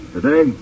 Today